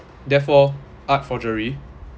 therefore art forgery